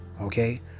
Okay